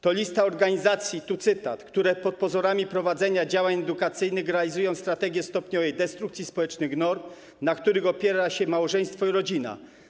To lista organizacji, tu cytat, „które pod pozorami prowadzenia działań edukacyjnych realizują strategię stopniowej destrukcji społecznych norm, na których opiera się małżeństwo i rodzina.